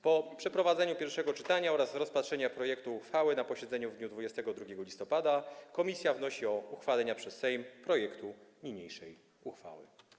Po przeprowadzeniu pierwszego czytania oraz rozpatrzenia projektu uchwały na posiedzeniu w dniu 22 listopada komisja wnosi o uchwalenie przez Sejm projektu niniejszej uchwały.